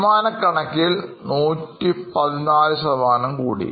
ശതമാനക്കണക്കിൽ114 ശതമാനം കൂടി